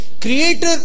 Creator